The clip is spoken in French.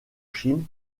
chine